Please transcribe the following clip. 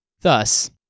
Thus